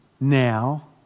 now